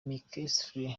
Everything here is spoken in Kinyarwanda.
mckinstry